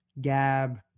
Gab